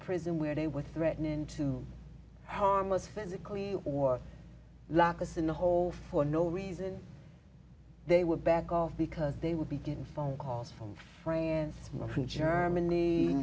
prison where they were threatening to harm us physically or lock us in the hole for no reason they would back off because they would be getting phone calls from france from germany